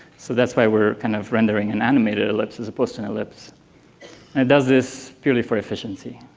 so that's why we're kind of rendering an animated ellipse as opposed to an ellipse and it does this purely for efficiency.